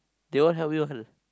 they all help you want